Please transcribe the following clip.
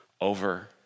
Over